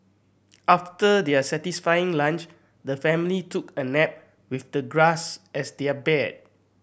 after their satisfying lunch the family took a nap with the grass as their bed